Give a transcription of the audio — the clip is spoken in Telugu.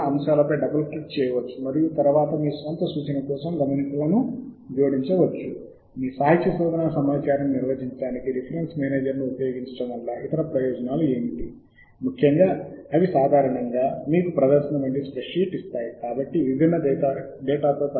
మనకి ఎల్లప్పుడూ రిఫరెన్స్ మేనేజర్ అవసరం మరియు ఓపెన్ సోర్స్ అయినందున నేను జాబ్రీఫ్ను సూచిస్తాను మరియు ఇది ఉచితం మరియు ఇది ప్రదర్శన వంటి స్ప్రెడ్షీట్ కలిగి ఉంటుంది